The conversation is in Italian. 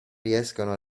riescano